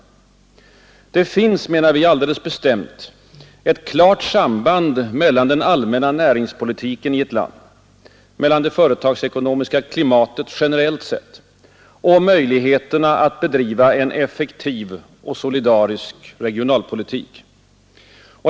Det finns, menar vi alldeles bestämt, ett klart samband mellan den allmänna näringspolitiken i ett land — det företagspolitiska klimatet generellt sett — och möjligheterna att bedriva en effektiv och solidarisk regionalpolitik.